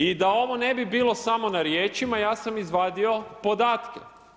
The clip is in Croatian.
I da ovo ne bilo samo na riječima, ja sam izvadio podatke.